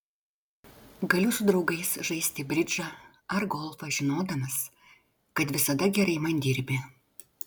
galiu su draugais žaisti bridžą ar golfą žinodamas kad visada gerai man dirbi